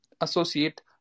associate